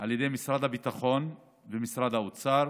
על ידי משרד הביטחון ומשרד האוצר,